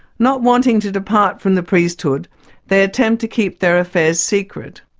not wanting to depart from the priesthood they attempt to keep their affairs secret.